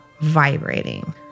vibrating